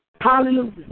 Hallelujah